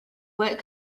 what